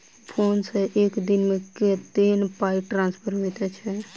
Phone सँ एक दिनमे कतेक पाई ट्रान्सफर होइत?